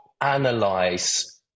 analyze